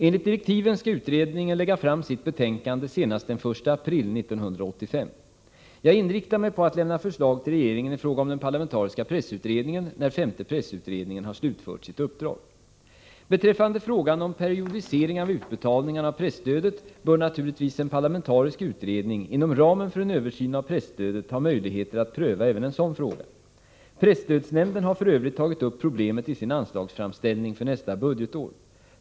Enligt direktiven skall utredningen lägga fram sitt betänkande senast den — Nr 23 1 april 1985. Jag inriktar mig på att lämna förslag till regeringen i fråga om Torsdagen den den parlamentariska pressutredningen när femte pressutredningen har g november 1984 slutfört sitt uppdrag. äs É SSE Z : Om en parlamentanaturligtvis en parlamentarisk utredning inom ramen för en översyn av risktsammansatt presstödet ha möjligheter att pröva även en sådan fråga. Presstödsnämnden pressutredning har f.ö. tagit upp problemet i sin anslagsframställning för nästa budgetår.